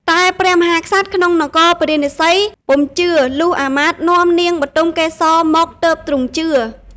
តែព្រះមហាក្សត្រក្នុងនគរពារាណសីពុំជឿ លុះអាមាត្យនាំនាងបុទមកេសរមកទើបទ្រង់ជឿ។